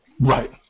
Right